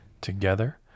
together